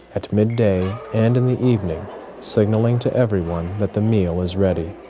at midday, and in the evening signaling to everyone that the meal is ready.